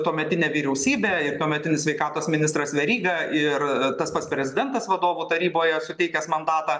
tuometinė vyriausybė ir tuometinis sveikatos ministras veryga ir tas pats prezidentas vadovų taryboje suteikęs mandatą